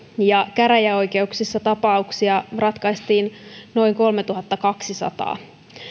ja käräjäoikeuksissa tapauksia ratkaistiin noin kolmetuhattakaksisataa